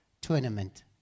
tournament